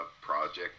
project